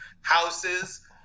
houses